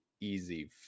easy